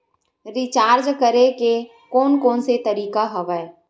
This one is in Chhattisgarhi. रिचार्ज करे के कोन कोन से तरीका हवय?